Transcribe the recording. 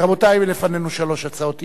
רבותי, לפנינו שלוש הצעת אי-אמון.